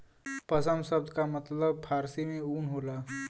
पसम सब्द का मतलब फारसी में ऊन होला